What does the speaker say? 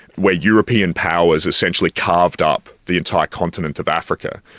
where european powers essentially carved up the entire continent of africa.